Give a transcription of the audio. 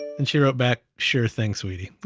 and she wrote back. sure thing sweetie,